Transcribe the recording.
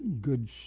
good